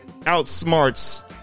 outsmarts